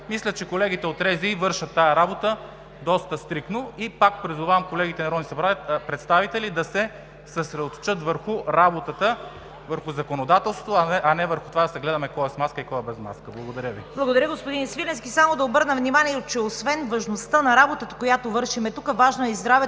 Мисля, че колегите от РЗИ вършат тази работа доста стриктно. И пак призовавам колегите народни представители да се съсредоточат върху работата, върху законодателството, а не върху това да се гледаме кой е с маска и кой е без маска. Благодаря Ви. ПРЕДСЕДАТЕЛ ЦВЕТА КАРАЯНЧЕВА: Благодаря, господин Свиленски. Само да обърна внимание, че освен важността на работата, която вършим тук, е важно здравето